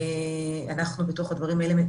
אין חובה,